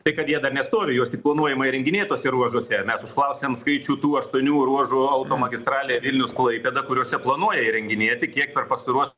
tai kad jie dar nestovi juos tik planuojama įrenginėt tuose ruožuose ir mes užklausėm skaičių tų aštuonių ruožų automagistralėje vilnius klaipėda kuriuose planuoja įrenginėti kiek per pastaruos